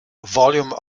volume